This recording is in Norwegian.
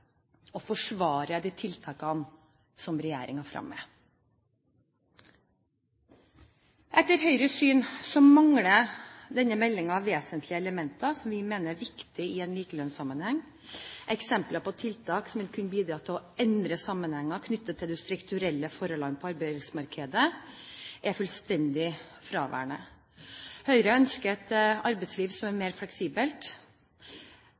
og forsvare de tiltakene som regjeringen fremmer. Etter Høyres syn mangler denne meldingen vesentlige elementer som vi mener er viktige i en likelønnssammenheng. Eksempler på tiltak som vil kunne bidra til å endre sammenhenger knyttet til de strukturelle forholdene på arbeidsmarkedet, er fullstendig fraværende. Høyre ønsker et arbeidsliv som er